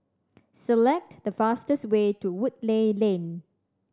select the fastest way to Woodleigh Lane